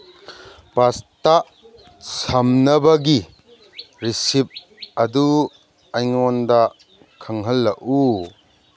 pasta ꯁꯝꯅꯕꯒꯤ recipe ꯑꯗꯨ ꯑꯩꯉꯣꯟꯗ ꯈꯪꯍꯜꯂꯛꯎ